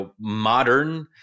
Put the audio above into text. modern